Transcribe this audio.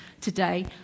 today